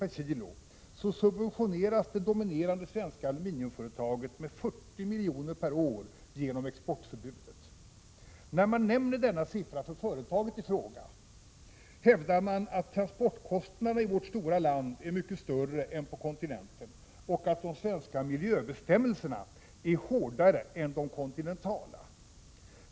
per kilo, subventioneras det dominerande svenska aluminiumföretaget med 40 miljoner per år genom exportförbudet! När man nämner denna siffra för företaget i fråga, hävdas det att transportkostnaderna i vårt stora land är större här än på kontinenten och att de svenska miljöbestämmelserna är hårdare än de kontinentala.